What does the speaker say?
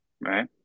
right